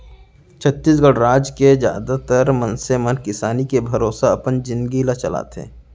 छत्तीसगढ़ राज के जादातर मनसे मन किसानी के भरोसा अपन जिनगी ल चलाथे